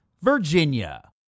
Virginia